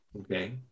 okay